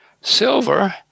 silver